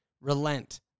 relent